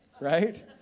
right